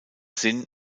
sinn